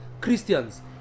Christians